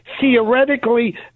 Theoretically